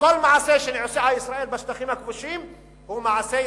וכל מעשה שעושה ישראל בשטחים הכבושים הוא מעשה ישראלי-אמריקני.